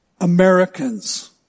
Americans